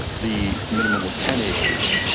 the minimum was ten acres,